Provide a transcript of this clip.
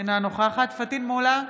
אינה נוכחת פטין מולא,